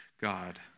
God